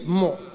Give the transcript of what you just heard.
more